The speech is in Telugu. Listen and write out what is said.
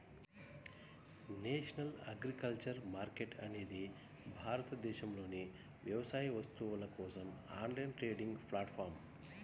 నేషనల్ అగ్రికల్చర్ మార్కెట్ అనేది భారతదేశంలోని వ్యవసాయ వస్తువుల కోసం ఆన్లైన్ ట్రేడింగ్ ప్లాట్ఫారమ్